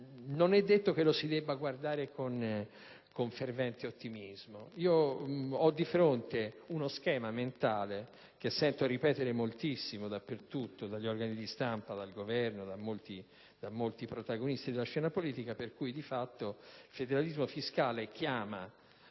non è detto si debba guardare con fervente ottimismo. Ho davanti uno schema mentale che sento ripetere moltissimo dappertutto, dagli organi di stampa, dal Governo e da molti protagonisti della scena politica, per cui, di fatto, il federalismo fiscale chiama